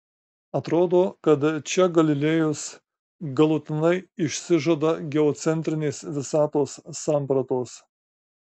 atrodo kad čia galilėjus galutinai išsižada geocentrinės visatos sampratos